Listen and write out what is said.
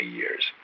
years